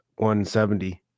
170